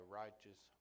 righteous